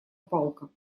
палка